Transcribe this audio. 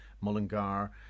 Mullingar